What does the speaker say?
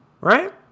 Right